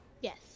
Yes